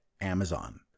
Amazon